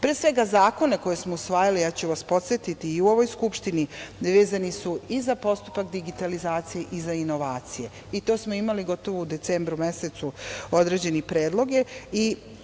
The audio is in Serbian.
Pre svega zakona koje smo usvajali, ja ću vas podsetiti i u ovoj skupštini, vezani su i za postupak digitalizacije i za inovacije i to smo imali gotovo u decembru mesecu određene predloge.